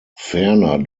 ferner